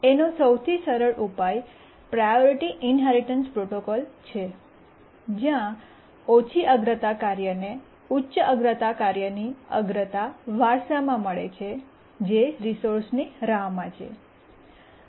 એનો સૌથી સરળ ઉપાય પ્રાયોરિટી ઇન્હેરિટન્સ પ્રોટોકોલ છે જ્યાં ઓછી અગ્રતા કાર્ય ને ઉચ્ચ અગ્રતા કાર્યની અગ્રતા વારસામાં મળે છે જે રિસોર્સની રાહમાં છે